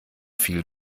viel